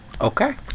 Okay